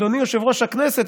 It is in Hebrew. אדוני יושב-ראש הכנסת,